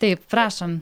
taip prašom